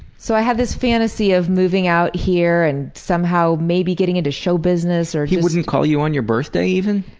so i had this fantasy of moving out here and somehow maybe getting into show business paul he wouldn't call you on your birthday even?